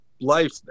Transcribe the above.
life